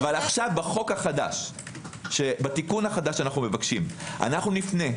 אבל בתיקון החדש, שאנו מבקשים, נפנה.